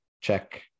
check